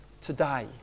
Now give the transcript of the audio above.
today